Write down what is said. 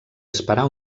esperar